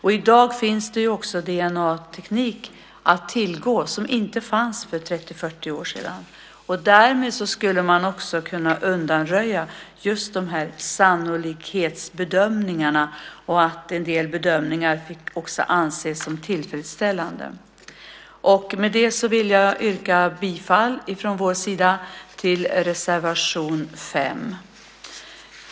I dag finns DNA-teknik att tillgå, vilket ju inte fanns för 30-40 år sedan. Därmed skulle man kunna undanröja just sannolikhetsbedömningarna liksom en del bedömningar som ansetts vara tillfredsställande. Med detta vill jag från vår sida yrka bifall till reservation 5.